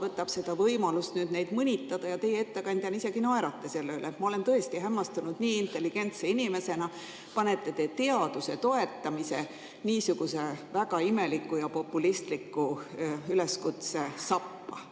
võtab seda kui võimalust nüüd neid mõnitada ja teie ettekandjana isegi naerate selle üle. Ma olen tõesti hämmastunud, et te nii intelligentse inimesena panete teaduse toetamise niisuguse väga imeliku ja populistliku üleskutse sappa.